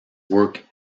work